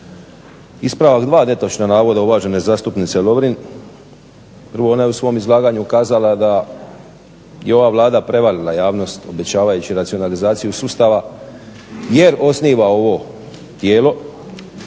Ispravak dva netočna navoda uvažene zastupnice Lovrin. Prvo, ona je u svom izlaganju kazala da je ova Vlada prevarila javnost obećavajući racionalizaciju sustava jer osniva ovo tijelo.